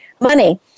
money